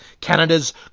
Canada's